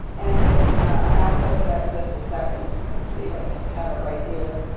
and it's an outpost that in just a second. let's see i have it right here.